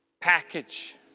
package